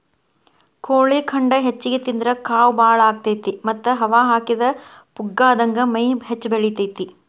ಕೋಳಿ ಖಂಡ ಹೆಚ್ಚಿಗಿ ತಿಂದ್ರ ಕಾವ್ ಬಾಳ ಆಗತೇತಿ ಮತ್ತ್ ಹವಾ ಹಾಕಿದ ಪುಗ್ಗಾದಂಗ ಮೈ ಹೆಚ್ಚ ಬೆಳಿತೇತಿ